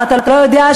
יותר ממך,